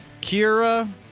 Kira